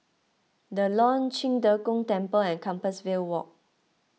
the Lawn Qing De Gong Temple and Compassvale Walk